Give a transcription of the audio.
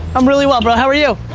i'm really well, bro. how are you?